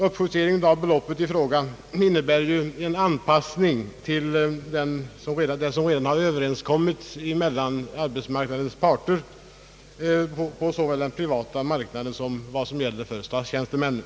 Uppjusteringen av beloppet i fråga innebär en anpassning till vad som redan har överenskommits mellan arbetsmarknadens parter såväl när det gäller de privatanställda som statstjänstemännen.